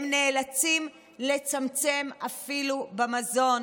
הם נאלצים לצמצם אפילו במזון.